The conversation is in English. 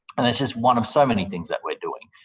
and that's just one of so many things that we're doing.